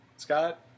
Scott